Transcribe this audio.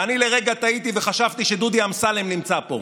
ואני לרגע טעיתי וחשבתי שדודי אמסלם נמצא פה.